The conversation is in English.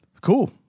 Cool